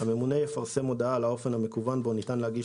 הממונה יפרסם הודעה על האופן המקוון בו ניתן להגיש